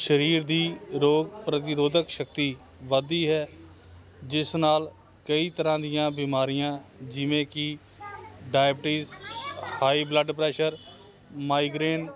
ਸਰੀਰ ਦੀ ਰੋਗ ਪ੍ਰਤੀਰੋਧਕ ਸ਼ਕਤੀ ਵੱਧਦੀ ਹੈ ਜਿਸ ਨਾਲ ਕਈ ਤਰ੍ਹਾਂ ਦੀਆਂ ਬਿਮਾਰੀਆਂ ਜਿਵੇਂ ਕਿ diabetes high blood pressure migraine